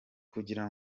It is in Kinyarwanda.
kugira